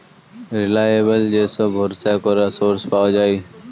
reliable যে সব ভরসা করা সোর্স পাওয়া যায়